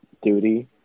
duty